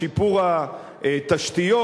בשיפור התשתיות,